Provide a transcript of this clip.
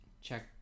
check